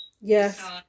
Yes